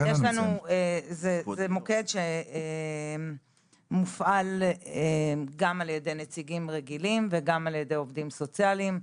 זה מוקד שמופעל גם על ידי נציגים רגילים וגם על ידי עובדים סוציאליים.